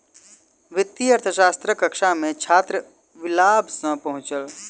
वित्तीय अर्थशास्त्रक कक्षा मे छात्र विलाभ सॅ पहुँचल